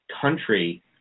country